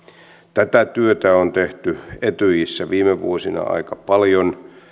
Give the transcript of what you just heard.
tätä työtä on tehty etyjissä viime vuosina aika paljon